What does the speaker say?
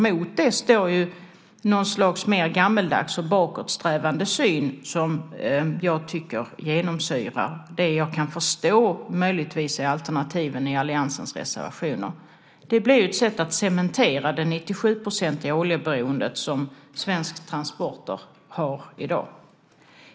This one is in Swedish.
Mot det står nämligen något slags mer gammaldags och bakåtsträvande syn som jag tycker genomsyrar det jag möjligtvis kan förstå är alternativen i alliansens reservationer. Det blir ju ett sätt att cementera det 97-procentiga oljeberoende som svenska transporter har i dag.